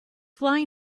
fly